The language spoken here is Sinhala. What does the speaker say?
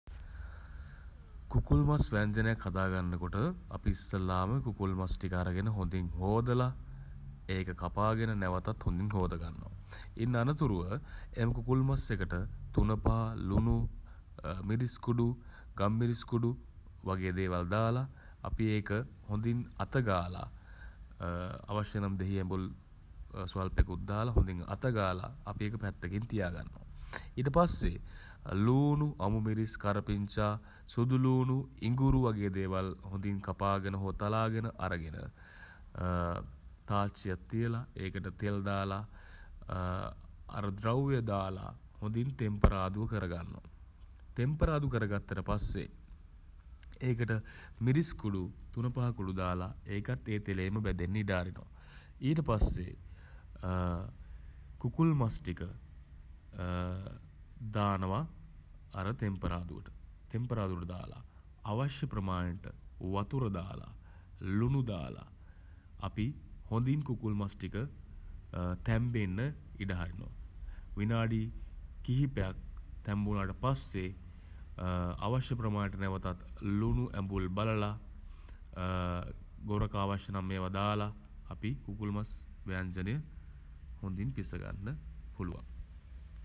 කුකුල් මස් වෑංජනයක් හදා ගන්න කොට අපි ඉස්සෙල්ලාම කුකුල් මස් ටික හොඳින් හෝදල ඒක කපාගෙන නැවතත් හොඳින් හෝද ගන්නවා. ඉන් අනතුරුව එම කුකුල් මස් එකට තුන පහ ලුණු මිරිස් කුඩු ගම්මිරිස් කුඩු වගේ දේවල් දාලා අපි ඒක හොඳින් අත ගාලා අවශ්‍ය නම් දෙහි ඇඹුල් ස්වල්පෙකුත් දාලා හොඳින් අත ගාලා අපි ඒක පැත්තකින් තියා ගන්නවා. ඊට පස්සේ ලූණු අමු මිරිස් කරපිංචා සුදුලූණු ඉඟුරු වගේ දේවල් හොඳින් කපාගෙන හෝ තලාගෙන අරගෙන තාච්චියක් තියලා ඒකට තෙල් දාලා අර ද්‍රව්‍ය දාලා හොඳින් තෙම්පරාදුව කරගන්නවා. තෙම්පරාදු කර ගත්තට පස්සේ ඒකට මිරිස් කුඩු තුනපහ කුඩු දාලා ඒකත් ඒ තෙලේම බැඳෙන්න ඉඩ අරිනවා. ඊට පස්සේ කුකුල් මස් ටික දානවා අර තෙම්පරාදුවට. තෙම්පරාදුවට දාලා අවශ්‍ය ප්‍රමාණයට වතුර දාලා ලුණු දාලා අපි හොඳින් කුකුල් මස් ටික තැම්බෙන්න ඉඩ හරිනවා. විනාඩි කිහිපයක් තැම්බුනාට පස්සේ අවශ්‍ය ප්‍රමාණයට නැවතත් ලුණු ඇඹුල් බලලා ගොරකා අවශ්‍ය නම් ඒවා දාලා අපි කුකුල් මස් වෑංජනය හොඳින් පිස ගන්න පුළුවන්.